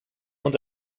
und